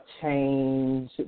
change